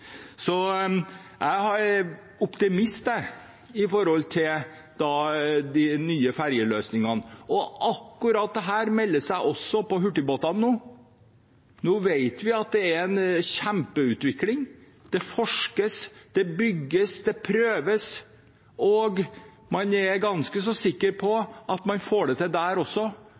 Jeg er optimist når det gjelder de nye fergeløsningene. Akkurat dette melder seg også på hurtigbåtene nå. Nå vet vi at det er en kjempeutvikling. Det forskes, bygges og prøves, og man er ganske sikre på at man vil få det til der også.